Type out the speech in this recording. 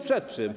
Przed czym?